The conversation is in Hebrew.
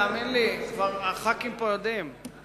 תאמין לי, הח"כים פה כבר יודעים.